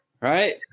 right